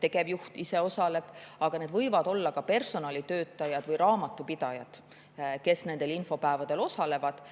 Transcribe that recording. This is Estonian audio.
tegevjuht ise osaleb. Aga need võivad olla ka personalitöötajad või raamatupidajad, kes nendel infopäevadel osalevad.